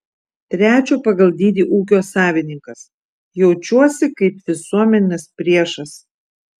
trečio pagal dydį ūkio savininkas jaučiuosi kaip visuomenės priešas